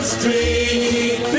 Street